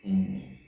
mm